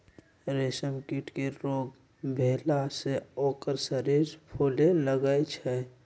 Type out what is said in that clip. रेशम कीट के रोग भेला से ओकर शरीर फुले लगैए छइ